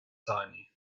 tiny